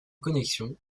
connexions